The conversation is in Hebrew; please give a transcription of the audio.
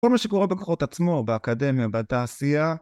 כל מה שקורה בכוחות עצמו, באקדמיה, בתעשייה...